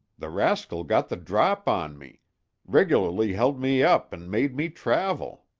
the rascal got the drop on me regularly held me up and made me travel.